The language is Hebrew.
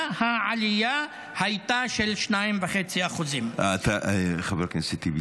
העלייה הייתה של 2.5%. חבר הכנסת טיבי,